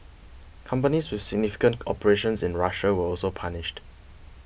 companies with significant operations in Russia were also punished